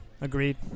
Agreed